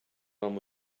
one